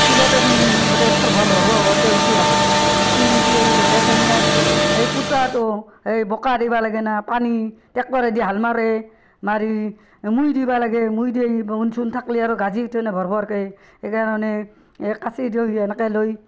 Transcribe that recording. তোলোতে দেখোন গ'টে ফৰ ভৰ ভৰ ভৰ ভৰকে উঠি আহে উঠি উঠি আহি গ'টেখেনি আৰ সেই পুতাটো এই বোকা দিবা লাগেনা পানী ট্ৰেক্টৰেদি হাল মাৰে মাৰি এই মুই দিবা লাগে মুই দেই বুন চুন থাকলি আৰু গাজি উঠেনা ভৰ ভৰকে সেইকাৰণে এই কাঁচি ধৰি এনেকে লৈ